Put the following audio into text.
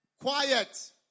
Quiet